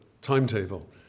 timetable